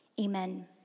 amen